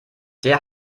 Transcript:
der